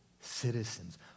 citizens